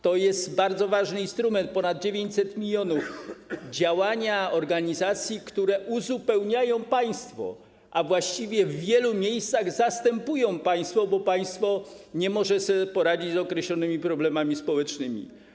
To jest bardzo ważny instrument, ponad 900 mln zł na działania organizacji, które uzupełniają państwo, a właściwie w wielu miejscach zastępują państwo, bo państwo nie może sobie poradzić z określonymi problemami społecznymi.